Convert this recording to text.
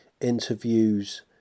interviews